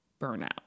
burnout